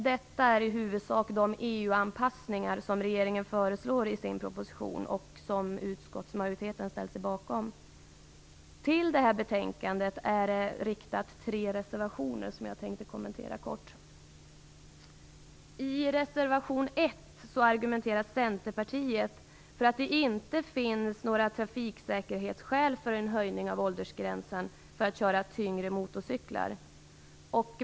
Detta är i huvudsak de EU anpassningar som regeringen föreslår i sin proposition och som utskottsmajoriteten ställt sig bakom. Till detta betänkande är fogat tre reservationer som jag kort tänker kommentera. I reservation 1 argumenterar Centerpartiet för att det inte finns några trafiksäkerhetsskäl för en höjning av åldersgränsen för att köra tyngre motorcyklar.